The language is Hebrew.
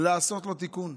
לעשות לו תיקון.